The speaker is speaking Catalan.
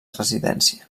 residència